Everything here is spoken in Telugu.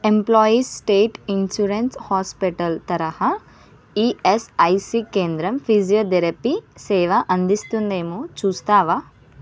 ఎంప్లాయీస్ స్టేట్ ఇన్షూరెన్స్ హాస్పిటల్ తరహా ఈఎస్ఐసి కేంద్రం ఫిజియోథెరపీ సేవ అందిస్తుందేమో చూస్తావా